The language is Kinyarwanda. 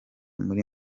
muri